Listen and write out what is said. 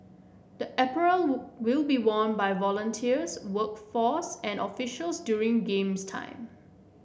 the apparel will be worn by volunteers workforce and officials during Games time